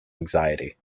anxiety